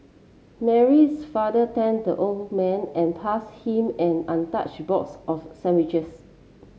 Mary's father thanked the old man and pass him an untouched box of sandwiches